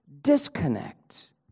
disconnect